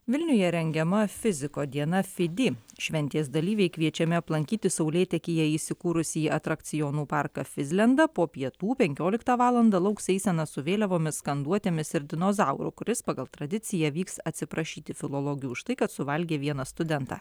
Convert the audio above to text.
vilniuje rengiama fiziko diena fidi šventės dalyviai kviečiami aplankyti saulėtekyje įsikūrusį atrakcionų parką fizlendą po pietų penkioliktą valandą lauks eisena su vėliavomis skanduotėmis ir dinozauru kuris pagal tradiciją vyks atsiprašyti filologių už tai kad suvalgė vieną studentą